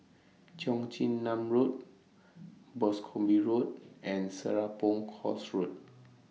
Cheong Chin Nam Road Boscombe Road and Serapong Course Road